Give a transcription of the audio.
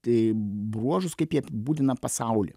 tai bruožus kaip jie abūdina pasaulį